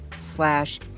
slash